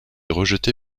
rejeté